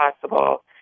possible